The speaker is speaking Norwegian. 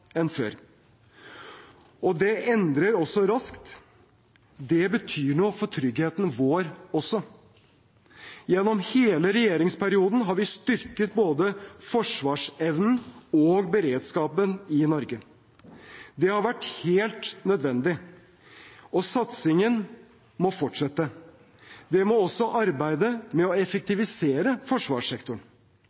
enn før, og det endres også raskt. Det betyr noe for tryggheten vår også. Gjennom hele regjeringsperioden har vi styrket både forsvarsevnen og beredskapen i Norge. Det har vært helt nødvendig. Og satsingen må fortsette. Det må også arbeidet med å effektivisere forsvarssektoren.